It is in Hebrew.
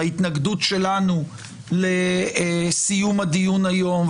ההתנגדות שלנו לסיום הדיון היום,